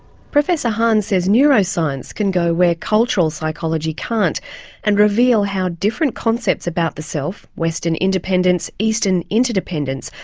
professor han says neuroscience can go where cultural psychology can't and reveal how different concepts about the self western independence, eastern interdependence,